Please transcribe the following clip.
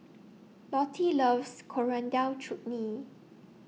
Lottie loves Coriander Chutney